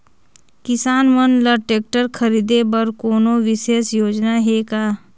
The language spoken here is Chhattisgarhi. किसान मन ल ट्रैक्टर खरीदे बर कोनो विशेष योजना हे का?